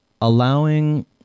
allowing